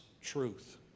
truth